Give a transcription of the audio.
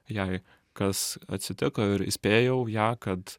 jai kas atsitiko ir įspėjau ją kad